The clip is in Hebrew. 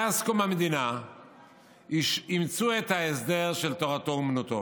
מאז קום המדינה אימצו את ההסדר של תורתו אומנותו.